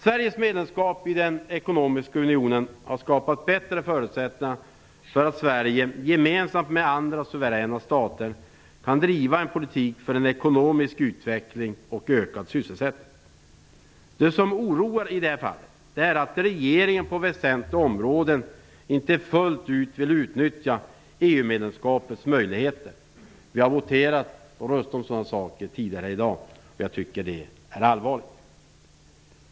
Sveriges medlemskap i den ekonomiska unionen har skapat bättre förutsättningar för att Sverige, gemensamt med andra suveräna stater, kan driva en politik för ekonomisk utveckling och ökad sysselsättning. Det som oroar i det här fallet är att regeringen på väsentliga områden inte fullt ut vill utnyttja EU medlemskapets möjligheter. Vi har voterat om sådana saker tidigare i dag. Jag tycker att det är allvarligt.